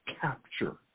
capture